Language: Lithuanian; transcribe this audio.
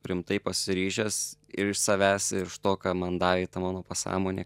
rimtai pasiryžęs ir iš savęs iš to ką man davė mano pasąmonėj